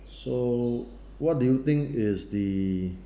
so what do you think is the